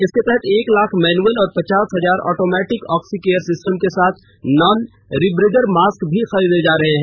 इसके तहत एक लाख मैनुअल और पचास हजार ऑटोमेटिक ऑक्सीकेयर सिस्टम के साथ नॉन रिब्रीदर मॉस्क भी खरीदे जा रहे हैं